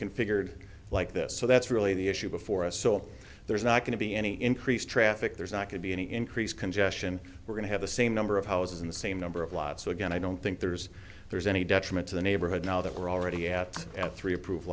configured like this so that's really the issue before us so there's not going to be any increased traffic there's not could be any increase congestion we're going to have the same number of houses in the same number of lot so again i don't think there's there's any detriment to the neighborhood now that we're already at at three approve